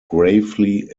gravely